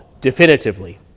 definitively